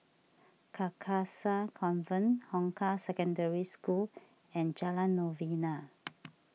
Carcasa Convent Hong Kah Secondary School and Jalan Novena